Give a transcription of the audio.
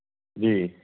ਜੀ